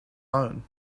loan